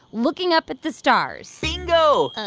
looking up at the stars bingo.